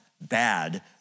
bad